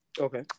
Okay